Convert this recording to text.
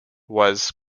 was